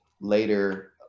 later